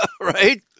Right